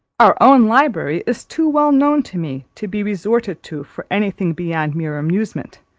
our own library is too well known to me, to be resorted to for any thing beyond mere amusement.